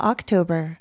October